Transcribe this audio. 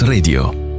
Radio